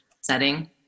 setting